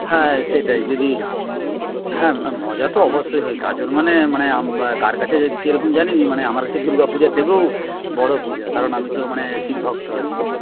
হ্যাঁ সেটাই যদি হ্যাঁ মজা তো অবশ্যই হবে গাজন মানে মানে কার কাছে যে কীরকম জানি না মানে আমার কাছে দুর্গা পূজার থেকেও বড় পূজা কারণ আমি তো মানে শিব ভক্ত আর কি